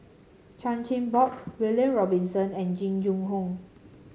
Chan Chin Bock William Robinson and Jing Jun Hong